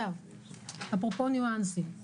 יש